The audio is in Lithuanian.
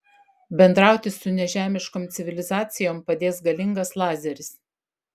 bendrauti su nežemiškom civilizacijom padės galingas lazeris